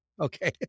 Okay